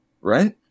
right